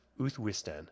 Uthwistan